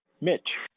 Mitch